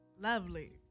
Lovely